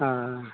अ